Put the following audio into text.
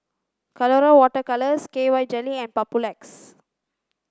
colora water colours K Y jelly and Papulex